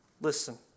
Listen